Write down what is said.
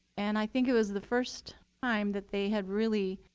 and i think it was the first time that they had really